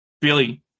Billy